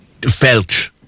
Felt